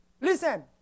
Listen